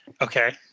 okay